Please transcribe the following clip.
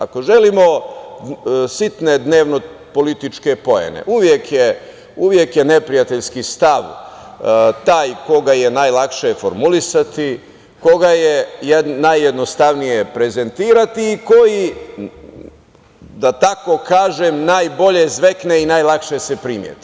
Ako želimo sitne dnevnopolitičke poene uvek je neprijateljski stav taj koga je najlakše formulisati, koga je najjednostavnije prezentovati i koji, da tako kažem, najbolje zvekne i najlakše se primeti.